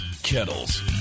kettles